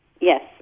Yes